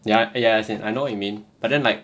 ya !aiya! as in I know what you mean but then like